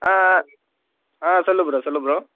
ஆ ஆ ஆ சொல்லு ப்ரோ சொல்லு ப்ரோ